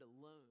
alone